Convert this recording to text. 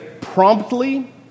promptly